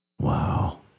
Wow